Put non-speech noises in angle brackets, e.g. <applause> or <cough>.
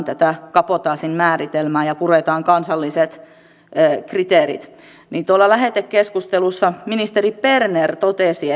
<unintelligible> tätä kabotaasin määritelmää ja purkamaan kansalliset kriteerit tuolla lähetekeskustelussa ministeri berner totesi <unintelligible>